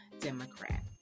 Democrat